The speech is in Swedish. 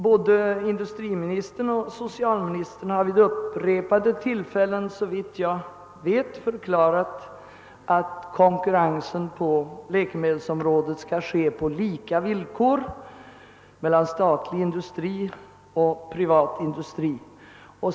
Både industriministern och socialministern har såvitt jag vet vid upprepade tillfällen förklarat att konkurrensen på läkemedelsområdet skall äga rum på lika villkor mellan statlig och privat industri.